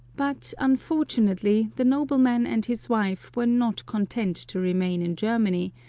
but, unfortunately, the nobleman and his wife were not content to remain in germany,